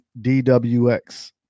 DWX